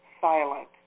silent